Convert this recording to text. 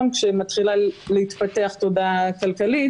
אבל אפשר להעלות אותם בוועדות אחרות.